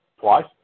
twice